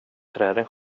träden